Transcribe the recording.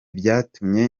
byatumye